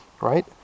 right